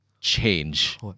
change